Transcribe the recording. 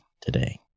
today